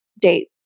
date